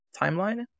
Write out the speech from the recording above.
timeline